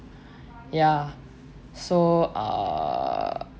ya so err